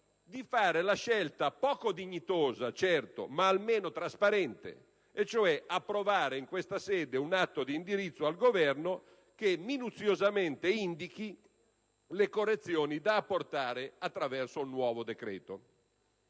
di fare la scelta - poco dignitosa certo, ma almeno trasparente - di approvare in questa sede un atto di indirizzo al Governo che minuziosamente indichi le correzioni da apportare attraverso un nuovo decreto.